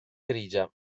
grigia